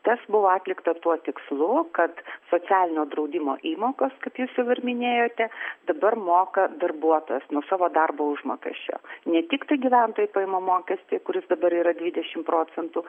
tas buvo atlikta tuo tikslu kad socialinio draudimo įmokas kaip jūs jau ir minėjote dabar moka darbuotojas nuo savo darbo užmokesčio ne tiktai gyventojų pajamų mokestį kuris dabar yra dvidešim procentų